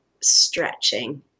stretching